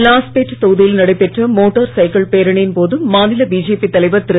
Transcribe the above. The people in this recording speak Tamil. லாஸ்பேட் தொகுதியில் நடைபெற்ற மோட்டார் சைக்கிள் பேரணியின் போது மாநில பிஜேபி தலைவர் திரு